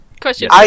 Question